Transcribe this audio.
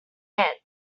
head